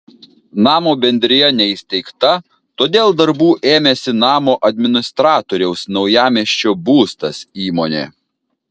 namo bendrija neįsteigta todėl darbų ėmėsi namo administratoriaus naujamiesčio būstas įmonė